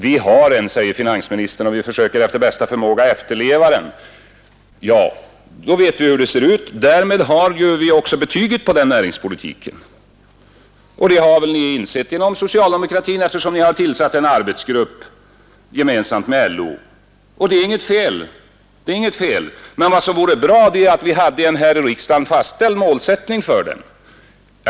Vi har en näringspolitik, säger finansministern, och vi försöker efter bästa förmåga att efterleva den. Ja, men då vet vi också hurudan den är; då har man också fått betyget på den näringspolitiken. Det har ni väl också insett inom socialdemokratin, eftersom ni har tillsatt en arbetsgrupp gemensamt med LO — och det är inget fel i det! Men vad som vore bra vore att vi här i riksdagen också hade en fastställd målsättning för näringspolitiken.